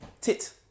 Tit